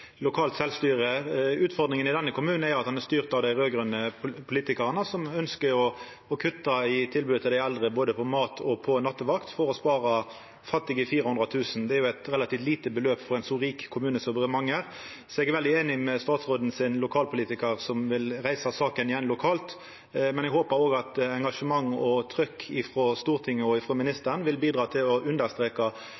lokalt sjølvstyre. Utfordringa i denne kommunen er jo at han er styrt av dei raud-grøne politikarane, som ønskjer å kutta i tilbodet til dei eldre både på mat og på nattevakt for å spara fattige 400 000 kr. Det er jo eit relativt lite beløp for ein så rik kommune som Bremanger, så eg er veldig einig med statsråden sin lokalpolitikar som vil reisa saka igjen lokalt, men eg håpar òg at engasjementet og trykk frå Stortinget og